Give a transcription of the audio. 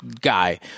guy